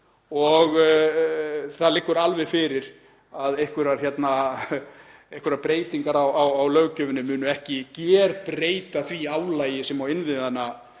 og það liggur alveg fyrir að einhverjar breytingar á löggjöfinni munu ekki gerbreyta því álagi sem er á innviðina.